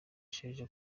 sheja